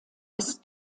ist